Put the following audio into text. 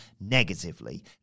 negatively